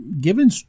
given